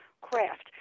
craft